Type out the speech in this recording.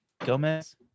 Gomez